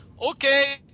Okay